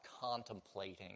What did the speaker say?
contemplating